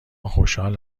خوشحال